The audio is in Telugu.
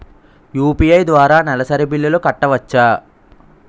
యు.పి.ఐ ద్వారా నెలసరి బిల్లులు కట్టవచ్చా?